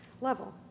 level